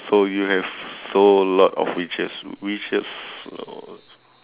so you have so lot of wishes wishes